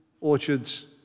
orchards